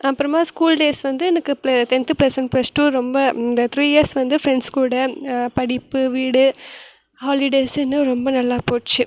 அப்புறமா school days வந்து எனக்கு ப்ள tenth plus one plus two ரொம்ப இந்த த்ரீ இயர்ஸ் வந்து ஃப்ரெண்ட்ஸ் கூட படிப்பு வீடு ஹாலிடேஸுன்னு ரொம்ப நல்லா போச்சு